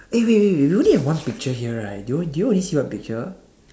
eh wait wait wait we only have one picture here right do you on~ do you only see your picture